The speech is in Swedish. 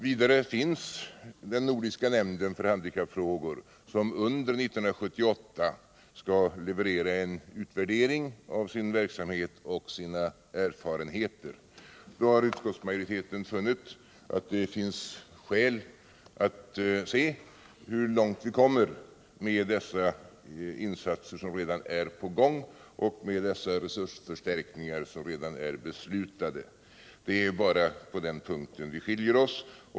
Vidare finns den nordiska nämnden för handikappfrågor, som under 1978 skall leverera en utvärdering av sin verksamhet och sina erfarenheter. Utskottsmajoriteten har därför ansett att det finns skäl att först se hur långt vi kommer med de insatser som redan är på gång och de resursförstärkningar som redan är beslutade. Det är bara på den punkten vi skiljer oss.